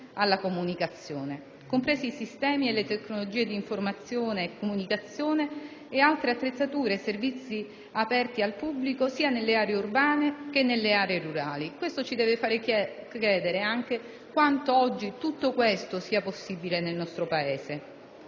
alla comunicazione, compresi i sistemi e le tecnologie di informazione e comunicazione, e ad altre attrezzature e servizi aperti al pubblico, sia nelle aree urbane che nelle aree rurali. Questo deve farci chiedere anche quanto tutto ciò sia oggi possibile nel nostro Paese.